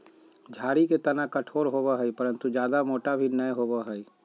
झाड़ी के तना कठोर होबो हइ परंतु जयादा मोटा भी नैय होबो हइ